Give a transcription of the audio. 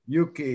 UK